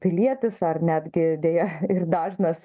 pilietis ar netgi deja ir dažnas